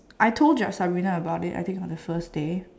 I told your submit my about it I think on the first day